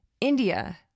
India